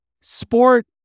sport